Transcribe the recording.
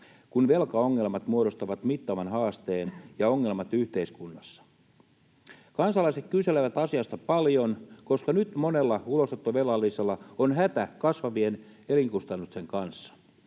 kun velkaongelmat muodostavat mittavan haasteen ja ongelman yhteiskunnassa. Kansalaiset kyselevät asiasta paljon, koska nyt monella ulosottovelallisella on hätä kasvavien elinkustannusten kanssa.